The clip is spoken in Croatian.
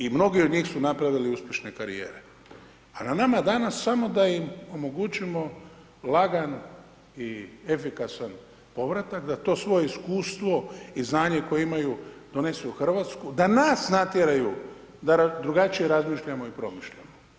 I mnogi od njih su napravili uspješne karijere, a na nama danas samo da im omogućimo lagan i efikasan povratak, da to svoje iskustvo i znanje koje imaju donesu u Hrvatsku, da nas natjeraju da drugačije razmišljamo i promišljamo.